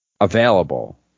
available